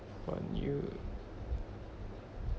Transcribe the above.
for you